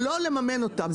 אבל לא לממן אותם,